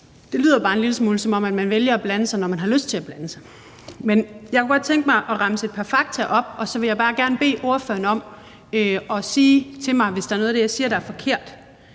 det lyder bare en lille smule, som om man vælger at blande sig, når man har lyst til at blande sig. Men jeg kunne godt tænke mig at remse et par fakta op, og så vil jeg bare gerne bede ordføreren om at sige til mig, hvis der er noget af det, jeg siger, der er forkert: